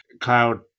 cloud